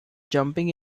jumping